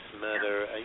murder